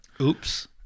Oops